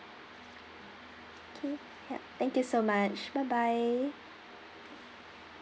okay yup thank you so much bye bye